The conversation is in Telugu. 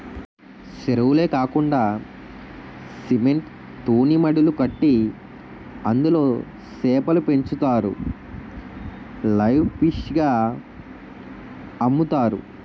సెరువులే కాకండా సిమెంట్ తూనీమడులు కట్టి అందులో సేపలు పెంచుతారు లైవ్ ఫిష్ గ అమ్ముతారు